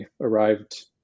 arrived